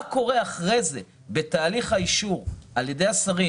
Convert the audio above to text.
מה קורה אחרי זה בתהליך האישור על ידי השרים